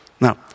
Now